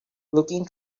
looking